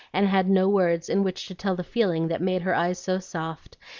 and had no words in which to tell the feeling that made her eyes so soft,